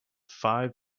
five